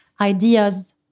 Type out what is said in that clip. ideas